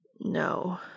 No